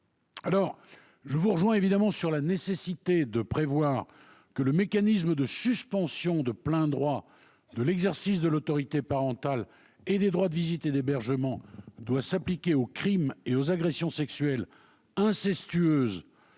Je vous rejoins évidemment sur la nécessité de prévoir que le mécanisme de suspension de plein droit de l'exercice de l'autorité parentale ainsi que des droits de visite et d'hébergement s'applique aux crimes et aux agressions sexuelles incestueuses